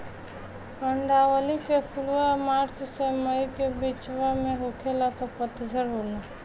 कंदावली के फुलवा मार्च से मई के बिचवा में होखेला जब पतझर होला